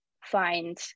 find